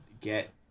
get